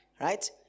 right